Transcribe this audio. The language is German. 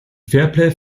fairplay